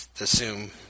assume